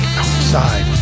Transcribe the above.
outside